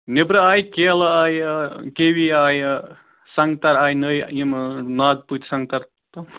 نٮ۪برٕ آے کیلہٕ آیہِ کِوی آیہِ سنٛگتَر آیہِ نٔوۍ یِم ماز پوٗتۍ سنٛگتَر تہٕ